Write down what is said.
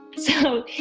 so,